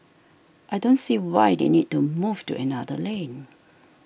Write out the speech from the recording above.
I don't see why they need to move to another lane